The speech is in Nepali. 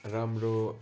राम्रो